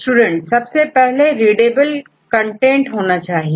student सबसे पहले readable content होना चाहिए